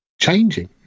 changing